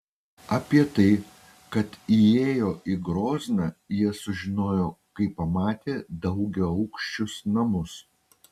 apie tai kad įėjo į grozną jie sužinojo kai pamatė daugiaaukščius namus